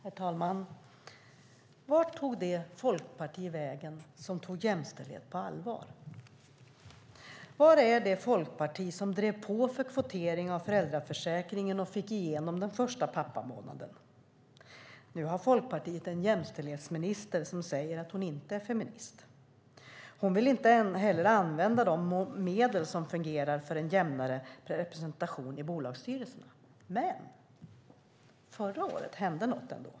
Herr talman! Vart tog det folkparti vägen som tog jämställdhet på allvar? Var är det folkparti som drev på för kvotering av föräldraförsäkringen och fick igenom den första pappamånaden? Nu har Folkpartiet en jämställdhetsminister som säger att hon inte är feminist. Hon vill heller inte använda de medel som fungerar för en jämnare representation i bolagsstyrelserna. Men förra året hände något ändå.